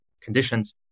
conditions